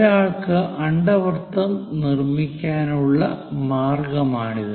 ഒരാൾക്ക് അണ്ഡവൃത്തം നിർമ്മിക്കാനുള്ള മാർഗ്ഗമാണിത്